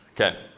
Okay